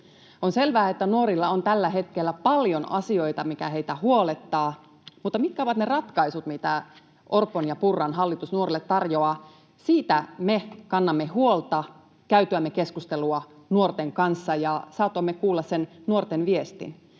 On selvää, että nuorilla on tällä hetkellä paljon asioita, mitkä heitä huolettavat, mutta mitkä ovat ne ratkaisut, joita Orpon ja Purran hallitus nuorille tarjoaa? Siitä me kannamme huolta käytyämme keskustelua nuorten kanssa ja saatoimme kuulla sen nuorten viestin.